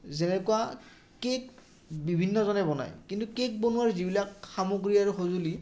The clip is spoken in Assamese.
যেনেকুৱা কেক বিভিন্নজনে বনায় কিন্তু কেক বনোৱাৰ যিবিলাক সামগ্ৰী আৰু সঁজুলি